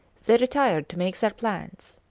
they retired to make their plans.